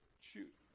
shoot